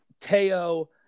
Teo